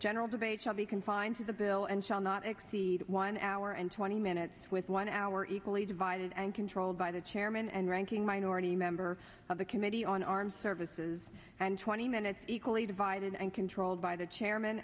general debate shall be confined to the bill and shall not exceed one hour and twenty minutes with one hour equally divided and controlled by the chairman and ranking minority member of the committee on armed services and twenty minutes equally divided and controlled by the chairman